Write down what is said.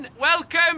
welcome